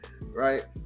Right